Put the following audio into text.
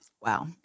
Wow